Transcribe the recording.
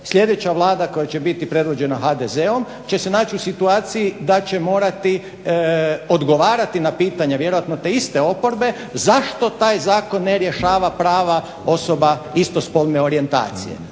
sljedeća vlada koja će biti predvođena HDZ-om će se naći u situaciji da će morati odgovarati na pitanja vjerojatno te iste oporbe zašto taj zakon ne rješava prava osoba istospolne orijentacije,